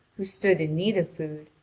who stood in need of food,